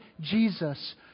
Jesus